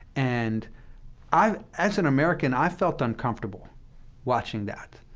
and i, as an american, i felt uncomfortable watching that.